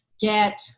get